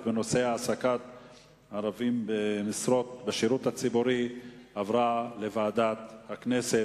בנושא העסקת ערבים בשירות הציבורי עברה לוועדת הכנסת,